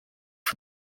for